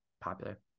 popular